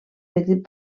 petit